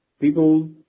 people